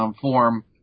form